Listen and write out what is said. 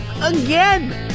again